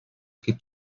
gibt